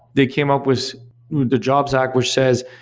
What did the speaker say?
they came up with the jobs act which says,